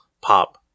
pop